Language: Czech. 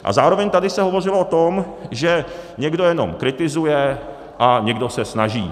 A zároveň se tady hovořilo o tom, že někdo jenom kritizuje a někdo se snaží.